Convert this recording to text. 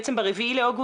ב-4.8,